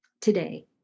today